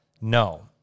no